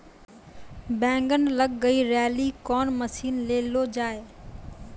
बैंगन लग गई रैली कौन मसीन ले लो जाए?